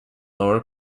lower